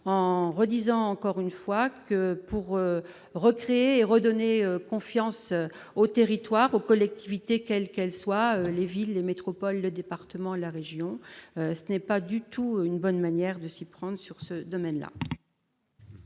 en redisant encore une fois que pour recréer, redonner confiance aux territoires aux collectivités, quelles qu'elles soient les villes de métropole, le département, la région, ce n'est pas du tout une bonne manière de s'y prendre sur ce domaine-là.